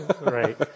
Right